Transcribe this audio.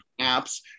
apps